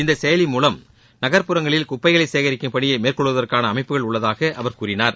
இந்த செயலியின் மூலம் நகர்ப்புறங்களில் குப்பை சேகரிக்கும் பணியை மேற்கொள்வதற்காள அமைப்புகள் உள்ளதாக அவர் கூறினார்